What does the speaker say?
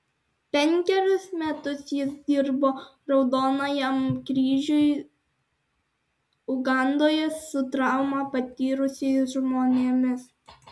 penkerius metus jis dirbo raudonajam kryžiui ugandoje su traumą patyrusiais žmonėmis